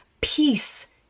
peace